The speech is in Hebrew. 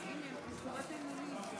אני לא יודע אם זאת,